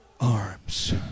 Arms